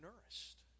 nourished